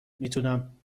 میتونم